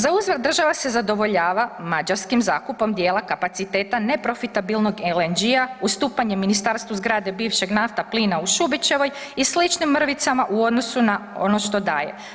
Za uzvrat država se zadovoljava mađarskim zakupom dijela kapaciteta neprofitabilnog LNG-a ustupanjem ministarstvu zgrade bivšeg Naftaplina u Šubićevoj i sličnim mrvicama u odnosu na ono što daje.